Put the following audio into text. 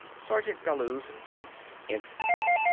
sergeant bellews tensed instantly.